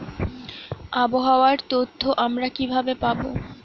আবহাওয়ার তথ্য আমরা কিভাবে পাব?